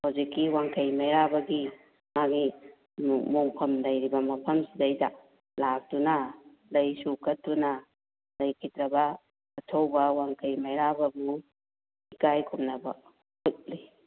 ꯍꯧꯖꯤꯛꯀꯤ ꯋꯥꯡꯈꯩ ꯃꯩꯔꯥꯕꯒꯤ ꯃꯥꯒꯤ ꯃꯣꯡꯐꯝ ꯂꯩꯔꯤꯕ ꯃꯐꯝꯁꯤꯗꯩꯗ ꯂꯥꯛꯇꯨꯅ ꯂꯩꯁꯨ ꯀꯠꯇꯨꯅ ꯂꯩꯈꯤꯗ꯭ꯔꯕ ꯑꯊꯧꯕ ꯋꯥꯡꯈꯩ ꯃꯩꯔꯥꯕꯕꯨ ꯏꯀꯥꯏ ꯈꯨꯝꯅꯕ ꯎꯠꯂꯤ